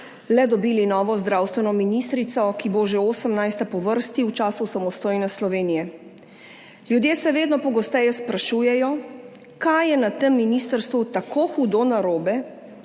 le dobili novo zdravstveno ministrico, ki bo že 18. po vrsti v času samostojne Slovenije. Ljudje se vedno pogosteje sprašujejo, kaj je na tem ministrstvu tako hudo narobe,